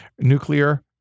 nuclear